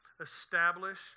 establish